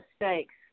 mistakes